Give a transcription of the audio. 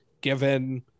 given